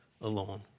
alone